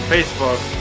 Facebook